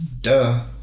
Duh